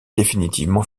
définitivement